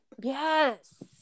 Yes